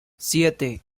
siete